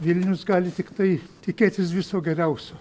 vilnius gali tiktai tikėtis viso geriausio